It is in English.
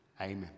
Amen